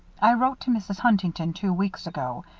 i wrote to mrs. huntington two weeks ago,